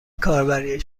کاربری